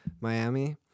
Miami